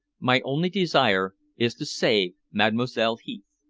my only desire is to save mademoiselle heath.